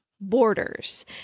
Borders